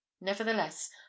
Nevertheless